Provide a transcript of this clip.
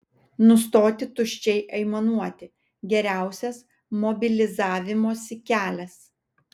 nustoti tuščiai aimanuoti geriausias mobilizavimosi kelias